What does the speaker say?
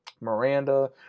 Miranda